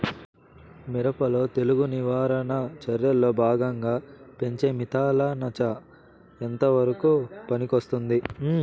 మిరప లో తెగులు నివారణ చర్యల్లో భాగంగా పెంచే మిథలానచ ఎంతవరకు పనికొస్తుంది?